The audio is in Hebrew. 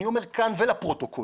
אני אומר כאן ולפרוטוקול